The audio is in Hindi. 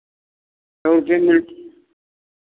सूखी मिर्च